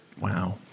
Wow